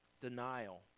denial